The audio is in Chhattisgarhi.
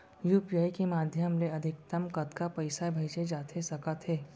यू.पी.आई के माधयम ले अधिकतम कतका पइसा भेजे जाथे सकत हे?